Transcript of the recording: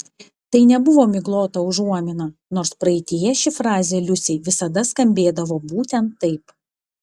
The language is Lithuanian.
tai nebuvo miglota užuomina nors praeityje ši frazė liusei visada skambėdavo būtent taip